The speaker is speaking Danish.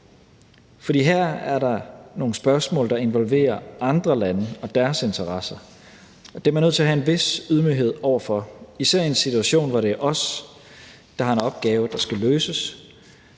For her er der nogle spørgsmål, der involverer andre lande og deres interesser, og det er man nødt til at have en vis ydmyghed over for, især i en situation, hvor det er os, der har en opgave, der skal løses,